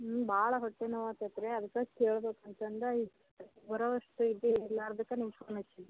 ಹ್ಞೂ ಭಾಳ ಹೊಟ್ಟೆ ನೋವು ಆತದ್ ರೀ ಅದ್ಕಾ ಕೇಳ್ಬಕು ಅಂತಂದು ಈ ಬರುವಷ್ಟು ಇದ್ದು ಇರ್ಲಾರ್ದಕ್ಕೆ ನಿಮ್ಗೆ ಫೋನ್ ಹಚ್ಚಿದ್ದು